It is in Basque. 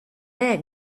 ere